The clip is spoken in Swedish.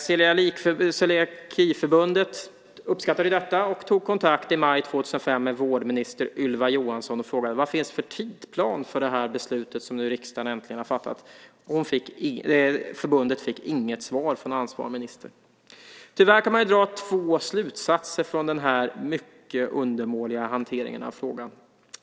Celiakiförbundet uppskattade detta och tog i maj 2005 kontakt med vår minister Ylva Johansson och frågade: Vad finns det för tidsplan för det beslut som riksdagen nu äntligen har fattat? Förbundet fick inget svar från ansvarig minister. Tyvärr kan man dra två slutsatser av den här mycket undermåliga hanteringen av frågan.